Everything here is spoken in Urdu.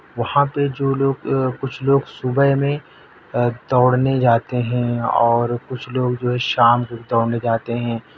وہاں پہ جو لوگ کچھ لوگ صبح میں دوڑنے جاتے ہیں اور کچھ لوگ جو ہے شام کو دوڑنے جاتے ہیں